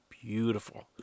Beautiful